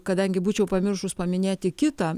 kadangi būčiau pamiršus paminėti kitą